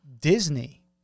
Disney